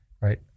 Right